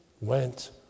went